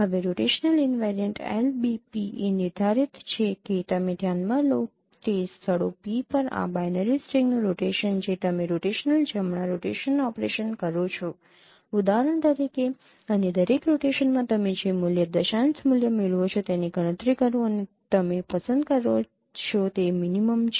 હવે rotational invariant LBP એ નિર્ધારિત છે કે તમે ધ્યાનમાં લો તે સ્થળો P પર આ બાઇનરી સ્ટ્રિંગનું રોટેશન જે તમે રોટેશનલ જમણા રોટેશન ઓપરેશન કરો છો ઉદાહરણ તરીકે અને દરેક રોટેશનમાં તમે જે મૂલ્ય દશાંશ મૂલ્ય મેળવશો તેની ગણતરી કરો અને તમે પસંદ કરશો તે મિનિમમ છે